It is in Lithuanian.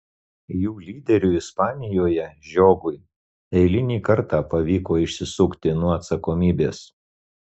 jų lyderiui ispanijoje žiogui eilinį kartą pavyko išsisukti nuo atsakomybės